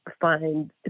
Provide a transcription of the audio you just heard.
find